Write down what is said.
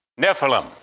Nephilim